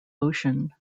ocean